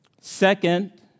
Second